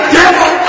devil